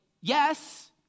yes